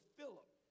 Philip